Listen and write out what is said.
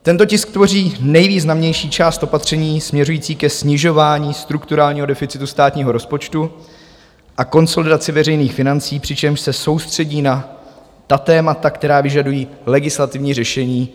Tento tisk tvoří nejvýznamnější část opatření směřující ke snižování strukturálního deficitu státního rozpočtu a konsolidaci veřejných financí, přičemž se soustředí na ta témata, která vyžadují legislativní řešení.